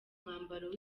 mwambaro